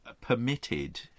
permitted